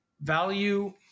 value